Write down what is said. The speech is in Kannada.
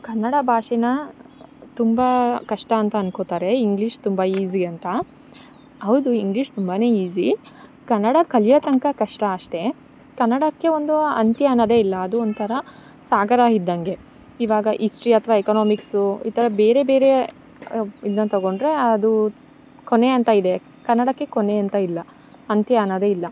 ಕನ್ನಡ ಭಾಷೆ ತುಂಬ ಕಷ್ಟ ಅಂತ ಅನ್ಕೋತಾರೆ ಇಂಗ್ಲೀಷ್ ತುಂಬ ಈಸಿ ಅಂತ ಹೌದು ಇಂಗ್ಲೀಷ್ ತುಂಬಾ ಈಸಿ ಕನ್ನಡ ಕಲಿಯೋತನಕ ಕಷ್ಟ ಅಷ್ಟೇ ಕನ್ನಡಕ್ಕೆ ಒಂದು ಅಂತ್ಯ ಅನ್ನೊದೆ ಇಲ್ಲ ಅದು ಒಂಥರ ಸಾಗರ ಇದ್ದಂಗೆ ಇವಾಗ ಇಸ್ಟ್ರಿ ಅಥ್ವ ಎಕೋನೋಮಿಕ್ಸು ಇತರ ಬೇರೆ ಬೇರೆ ಇದನ್ನ ತಗೊಂಡರೆ ಅದು ಕೊನೆ ಅಂತ ಇದೆ ಕನ್ನಡಕ್ಕೆ ಕೊನೆ ಅಂತ ಇಲ್ಲ ಅಂತ್ಯ ಅನ್ನೊದೇ ಇಲ್ಲ